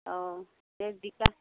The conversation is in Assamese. অঁ জিকা